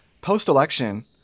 Post-election